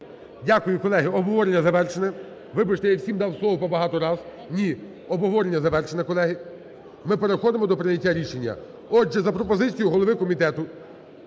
Дякую, колеги, обговорення завершено. Вибачте, я всім дав слово по багато раз. Ні! Обговорення завершено, колеги. Ми переходимо до прийняття рішення. Отже, за пропозиціє голови комітету